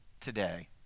today